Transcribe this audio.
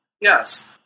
Yes